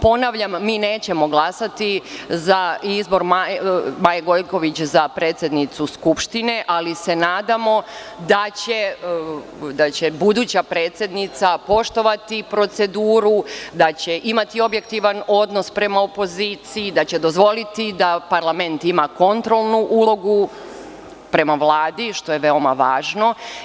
Ponavljam, mi nećemo glasati za izbor Maje Gojković za predsednicu Skupštine, ali se nadamo da će buduća predsednica poštovati proceduru, da će imati objektivan odnos prema opoziciji, da će dozvoliti da parlament ima kontrolnu ulogu prema Vladi, što je veoma važno.